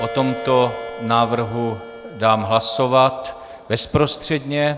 O tomto návrhu dám hlasovat bezprostředně.